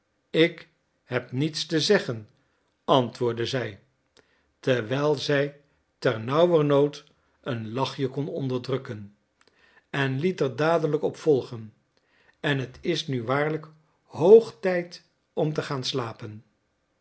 ik heb niets te zeggen antwoordde zij terwijl zij ter nauwernood een lachje kon onderdrukken en liet er dadelijk op volgen en het is nu waarlijk hoog tijd om te gaan slapen